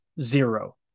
zero